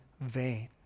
vain